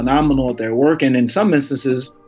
phenomenal their work. and in some instances,